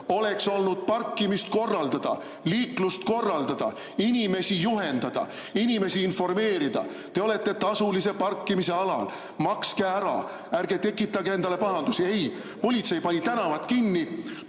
oleks olnud parkimist korraldada, liiklust korraldada, inimesi juhendada, inimesi informeerida. Te olete tasulise parkimise alal, makske ära, ärge tekitage endale pahandusi. Ei, politsei pani tänavad kinni,